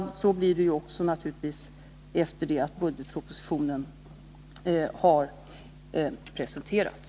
Så blir det naturligtvis också efter det att budgetpropositionen har presenterats.